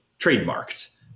trademarked